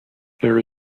there